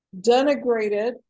denigrated